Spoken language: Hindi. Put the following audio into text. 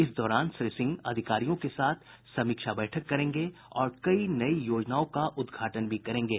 इस दौरान श्री सिंह अधिकारियों के साथ समीक्षा बैठक करेंगे और कई नई योजनाओं का उद्घाटन भी करेंगे